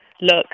Look